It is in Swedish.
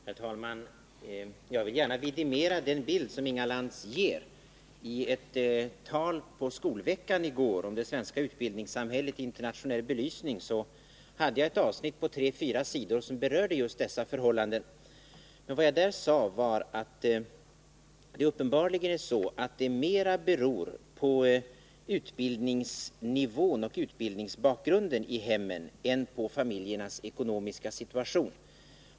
Herr talman! Jag vill gärna vidimera den bild som Inga Lantz ger. I ett tal på Skolveckan i går om det svenska utbildningssamhället i internationell belysning hade jag ett avsnitt på tre-fyra sidor som berörde just dessa förhållanden. Vad jag där sade var att det uppenbarligen är så att problemen mera beror på utbildningsnivån och utbildningsbakgrunden i hemmen än på familjernas ekonomiska situation.